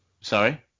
Sorry